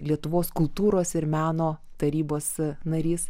lietuvos kultūros ir meno tarybos narys